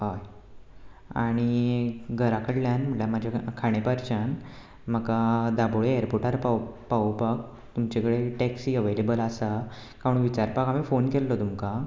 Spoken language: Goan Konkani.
हय आनी घरा कडल्यान म्हणल्यार म्हज्या खांडेपारच्यान म्हाका दाबोळे एयरपोर्टार पावोव पावोवपाक तुमचे कडेन टॅक्सी अवेलेबल आसा काय म्हूण विचारपाक हांवें फोन केल्लो तुमकां